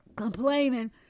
complaining